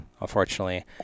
unfortunately